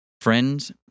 friends